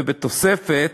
ובתוספת,